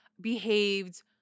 behaved